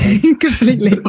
Completely